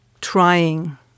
trying